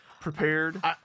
prepared